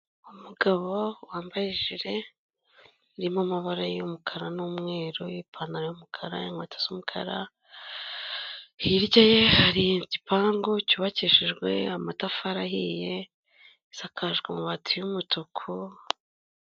Umugabo wambaye ijire irimo amabara y'umukara n'umweru, ipantaro y'umukara, inkweto z'umukara, hirya ye hari igipangu cyubakishijwe amatafari ahiye, isakaje amabati y'umutuku.